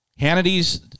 Hannity's